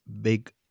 big